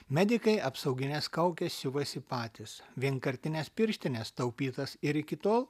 medikai apsaugines kaukes siuvasi patys vienkartines pirštines taupytas ir iki tol